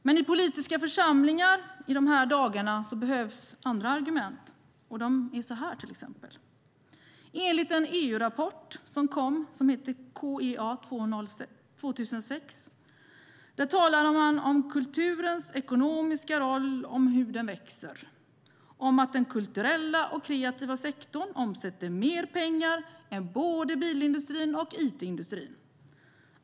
Men i politiska församlingar i dessa dagar behövs andra argument. De kan till exempel vara så här. I en EU-rapport som heter KEA talar man om kulturens ekonomiska roll och om hur den växer och om att den kulturella och kreativa sektorn omsätter mer pengar än både bilindustrin och it-industrin.